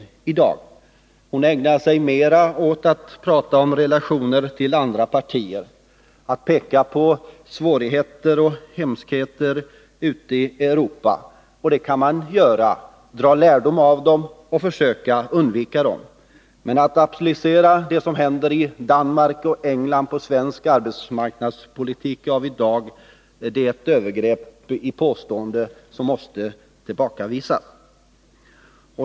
Hon ägnade sig mera åt att prata om relationer till andra partier, att peka på svårigheter och hemskheter ute i Europa. Det kan man göra, man kan dra lärdom av dem och försöka undvika dem. Men att applicera vad som händer i Danmark och England på svensk arbetsmarknadspolitik av i dag är ett övergreppi debatten som måste tillbakavisas.